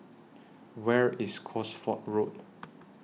Where IS Cosford Road